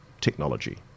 technology